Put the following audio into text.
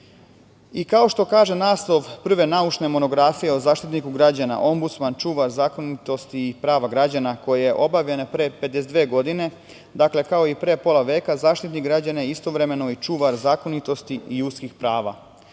što kaže naslov prve naučne monografije o Zaštitniku građana - Ombudsman čuva zakonitosti i prava građana koja je objavljena pre 52 godine. Dakle, kao i pre pola veka, Zaštitnik građana je istovremeno i čuvar zakonitosti ljudskih prava. Inače,